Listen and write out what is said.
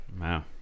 Wow